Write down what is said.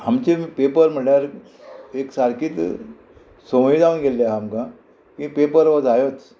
आमचे पेपर म्हळ्यार एक सारकीच संवय जावन गेल्ली आहा आमकां की पेपर हो जायोच